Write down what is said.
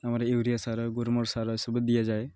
ଆମର ୟୁରିଆ ସାର ଗ୍ରୁମର ସାର ଏସବୁ ଦିଆଯାଏ